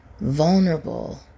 vulnerable